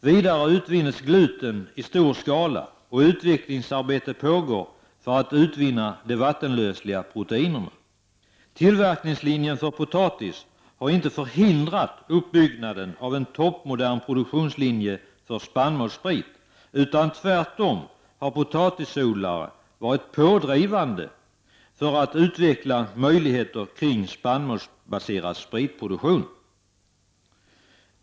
Vidare utvinnes gluten i stor skala, och utvecklingsarbete pågår för att även utvinna de vattenlösliga proteinerna. Tillverkningslinjen för potatis har inte förhindrat uppbyggnaden av en toppmodern produktionslinje för spannmålssprit, utan potatisodlarna har tvärtom varit pådrivande för att utveckla möjligheter till spannmålsbaserad spritproduktion.